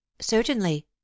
Certainly